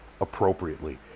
appropriately